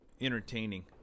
Entertaining